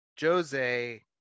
Jose